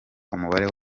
umubare